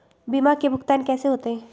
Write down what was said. बीमा के भुगतान कैसे होतइ?